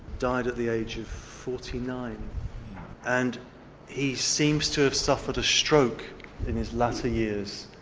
died at the age of forty nine and he seems to have suffered a stroke in his latter years,